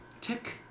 Tick